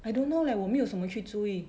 I don't know leh 我没有什么去注意